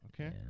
Okay